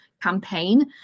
campaign